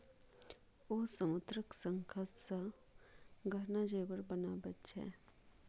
ओ समुद्रक शंखसँ गहना जेवर बनाबैत छै